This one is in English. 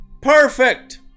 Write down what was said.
perfect